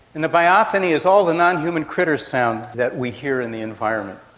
and the biophony is all the non-human critter sounds that we hear in the environment,